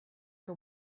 que